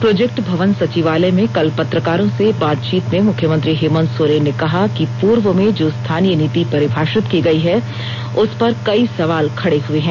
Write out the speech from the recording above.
project Bhawan सचिवालय में कल पत्रकारों से बातचीत में मुख्यमंत्री हेमंत सोरेन ने कहा कि पूर्व में जो स्थानीय नीति परिभाषित की गई है उस पर कई सवाल खड़े हुए हैं